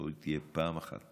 לא תהיה פעם אחת